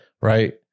right